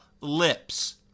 lips